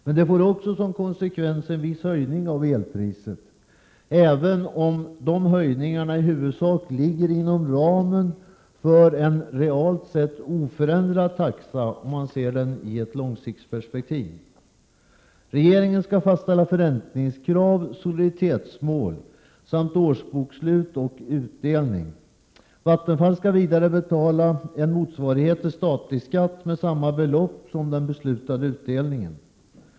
Det får emellertid också som konsekvenser en viss höjning av elpriset, även om de höjningarna i huvudsak ligger inom ramen för en realt oförändrad taxa sett i ett långtidsperspektiv. Regeringen skall fastställa förräntningskrav och soliditetsmål samt årsbokslut och utdelning. Vattenfall skall vidare betala en motsvarighet till statlig skatt med samma belopp som den beslutade utdelningen.